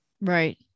Right